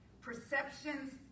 perceptions